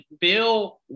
Bill